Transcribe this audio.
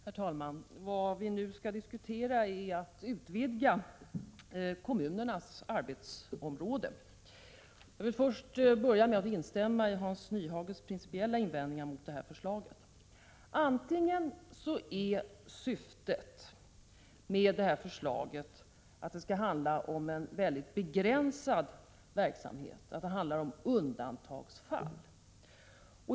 Herr talman! Vad vi nu skall diskutera är ett förslag om att utvidga kommunernas arbetsområde. Jag vill börja med att instämma i Hans Nyhages principiella invändningar emot förslaget. Antingen är syftet med förslaget att det skall gälla en mycket begränsad verksamhet, att det handlar om undantagsfall.